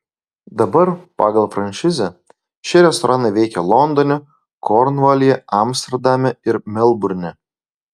dabar pagal franšizę šie restoranai veikia londone kornvalyje amsterdame ir melburne